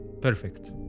perfect